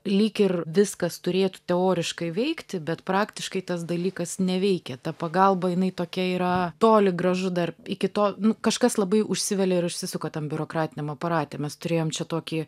lyg ir viskas turėtų teoriškai veikti bet praktiškai tas dalykas neveikia ta pagalba jinai tokia yra toli gražu dar iki to kažkas labai užsivelia ir užsisuka tam biurokratiniam aparate mes turėjom čia tokį